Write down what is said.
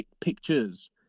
pictures